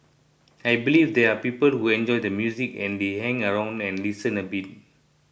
I believe there are people who enjoy the music and they hang around and listen a bit